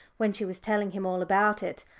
when she was telling him all about it,